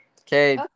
Okay